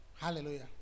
Hallelujah